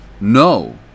No